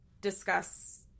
discuss